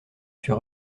suis